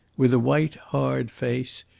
with a white, hard face,